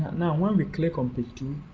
now when we click on page two,